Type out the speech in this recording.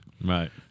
Right